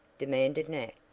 demanded nat,